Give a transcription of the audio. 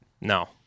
No